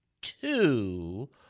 two